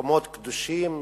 במקומות קדושים למוסלמים,